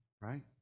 right